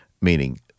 meaning